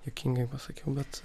juokingai pasakiau bet